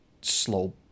slow